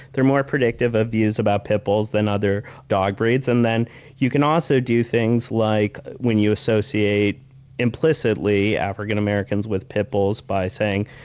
they're more predictive of views about pit bulls than other dog breeds. and you can also do things like, when you associate implicitly african-americans with pit bulls, by saying,